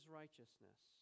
righteousness